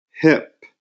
hip